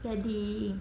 jadi